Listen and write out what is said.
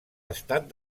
estat